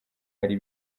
ari